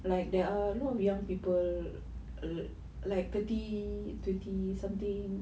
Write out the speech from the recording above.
like there are a lot of young people like thirty twenty something